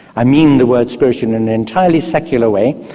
i mean the word spiritual in an entirely secular way,